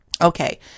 Okay